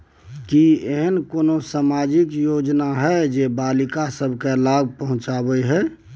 की ऐसन कोनो सामाजिक योजना हय जे बालिका सब के लाभ पहुँचाबय हय?